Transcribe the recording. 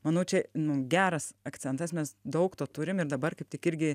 manau čia nu geras akcentas mes daug turim ir dabar kaip tik irgi